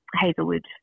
Hazelwood